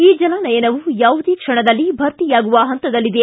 ಈ ಜಲಾನಯನವು ಯಾವುದೇ ಕ್ಷಣದಲ್ಲಿ ಭರ್ತಿಯಾಗುವ ಪಂತದಲ್ಲಿದೆ